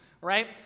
right